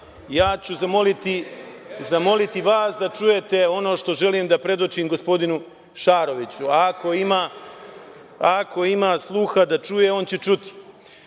Ja ću zamoliti vas da čujete ono što želim da predočim gospodinu Šarovića. Ako ima sluha da čuje, on će